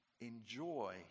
enjoy